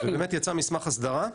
ובאמת יצא מסמך הסדרה,